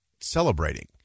celebrating